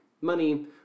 money